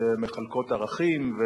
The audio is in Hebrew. חולקות ערכים,